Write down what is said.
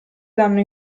danno